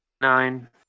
Nine